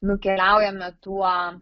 nukeliaujame tuo